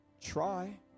try